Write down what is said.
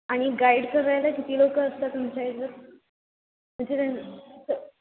आणि गाईड करायला किती लोक असतात तुमच्या इथं म्हणजे त्यांच